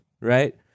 right